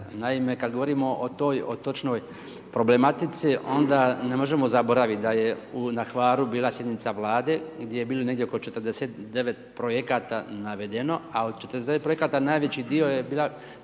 naime kada govorimo o toj točnoj problematici onda ne možemo zaboraviti da je na Hvaru bila sjednica vlada, gdje je bilo negdje 49 projekata navedeno, a od 49 projekata najveći dio je bila